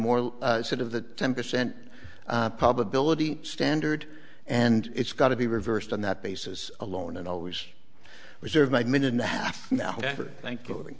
more sort of the ten percent probability standard and it's got to be reversed on that basis alone and always reserve my minute and a half now after thanksgiving